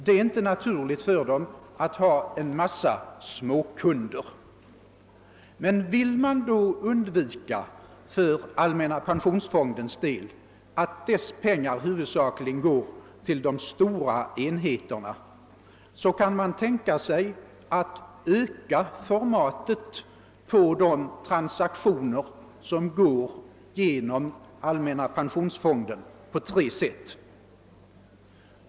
Det är inte naturligt för dem att ha en mängd småkunder. Vill man för allmänna pensionsfondens del undvika att dess pengar huvudsakligen går till de stora enheterna, kan man på tre olika sätt tänka sig att öka formatet på de transaktioner som går genom allmänna pensionsfonden.